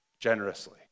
generously